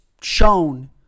shown